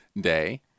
Day